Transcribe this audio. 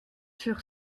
sur